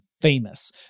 famous